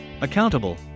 accountable